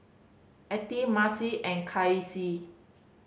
Attie Macy and Kasey